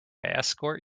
escort